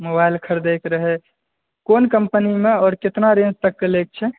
mobile खरीदयके रहै कोन कम्पनीमे आओर केतना रेंजतकके लय के छै